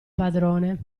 padrone